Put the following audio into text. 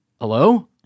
Hello